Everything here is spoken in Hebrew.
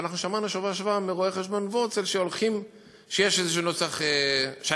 ואנחנו שמענו בשבוע שעבר מרואה-חשבון וורצל שיש נוסח כלשהו,